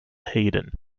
hayden